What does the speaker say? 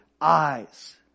eyes